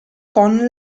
con